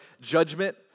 judgment